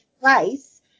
place